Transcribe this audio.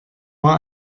war